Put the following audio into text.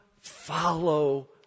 Follow